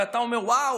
ואתה אומר: וואו,